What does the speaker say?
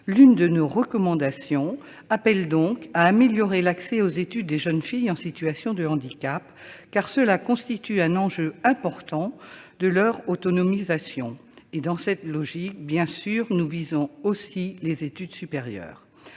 L'une de nos recommandations appelle donc à améliorer l'accès aux études des jeunes filles en situation de handicap, car cela constitue un enjeu important de leur autonomisation. Dans cette logique, nous visons aussi les études supérieures.